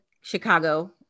Chicago